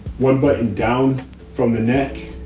one button down from the neck,